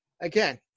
again